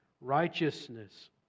Righteousness